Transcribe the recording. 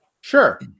Sure